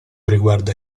riguarda